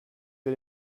wir